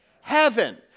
Heaven